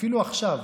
אפילו עכשיו,